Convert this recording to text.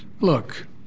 Look